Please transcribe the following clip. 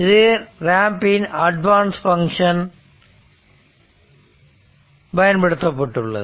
இங்கு ரேம்ப் பின் advance function பயன்படுத்தப்பட்டுள்ளது